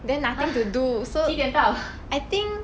!huh! 几点到